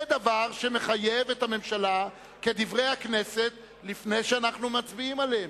זה דבר שמחייב את הממשלה כ"דברי הכנסת" לפני שאנחנו מצביעים עליהם.